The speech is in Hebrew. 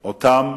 את אותן